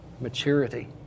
maturity